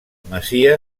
masia